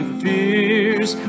fears